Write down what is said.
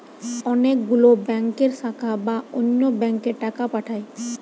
অনেক গুলো ব্যাংকের শাখা বা অন্য ব্যাংকে টাকা পাঠায়